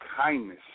kindness